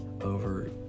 over